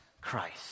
Christ